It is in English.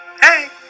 Hey